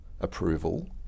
approval